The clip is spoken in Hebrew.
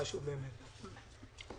עליהם.